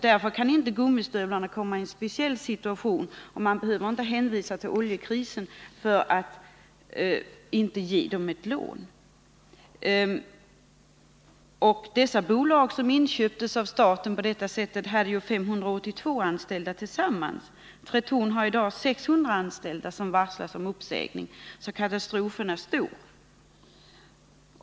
Därför kan inte gummistövlarna kommai en speciell situation. Och man behöver inte ange oljekrisen som skäl för att inte ge företaget ett lån. De bolag som inköptes av staten hade tillsammans 582 anställda. Tretorn har i dag 600 anställda som varslas om uppsägning, så katastrofen är stor.